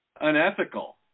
unethical